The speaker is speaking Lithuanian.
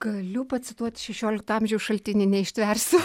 galiu pacituoti šešiolikto amžiaus šaltinį neištversiu